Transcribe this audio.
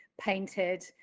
painted